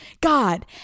god